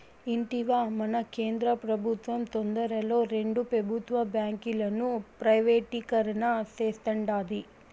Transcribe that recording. ఇంటివా, మన కేంద్ర పెబుత్వం తొందరలో రెండు పెబుత్వ బాంకీలను ప్రైవేటీకరణ సేస్తాండాది